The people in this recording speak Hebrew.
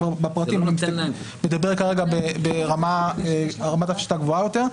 ואני מדבר כרגע ברמת הפשטה גבוהה יותר.